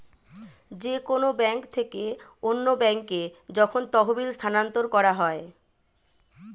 যে কোন ব্যাংক থেকে অন্য ব্যাংকে যখন তহবিল স্থানান্তর করা হয়